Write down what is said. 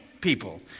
people